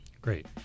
Great